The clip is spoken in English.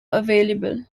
available